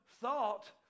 thought